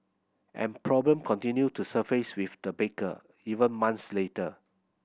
and problem continued to surface with the baker even months later